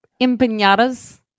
Empanadas